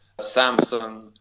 Samsung